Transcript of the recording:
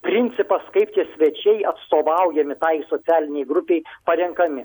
principas kaip tie svečiai atstovaujami tai socialinei grupei parenkami